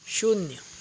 शुन्य